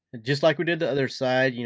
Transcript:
just like we did the other side. you know